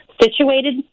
situated